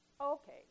okay